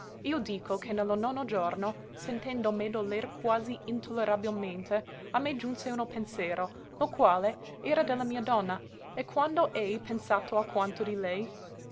io dico che ne lo nono giorno sentendo me dolere quasi intollerabilmente a me giunse uno pensero lo quale era de la mia donna e quando èi pensato alquanto di lei